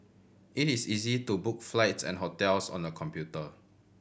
it is easy to book flights and hotels on the computer